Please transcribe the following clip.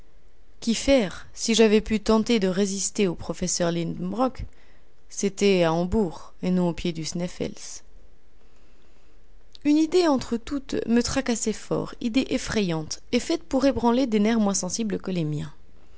qu'y faire si j'avais pu tenter de résister au professeur lidenbrock c'était à hambourg et non au pied du sneffels une idée entre toutes me tracassait fort idée effrayante et faite pour ébranler des nerfs moins sensibles que les miens